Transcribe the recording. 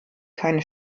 keine